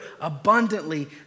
abundantly